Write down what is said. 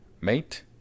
mate